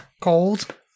Cold